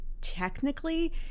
technically